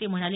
ते म्हणाले